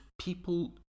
people